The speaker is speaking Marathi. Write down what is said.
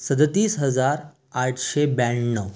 सदतीस हजार आठशे ब्याण्णव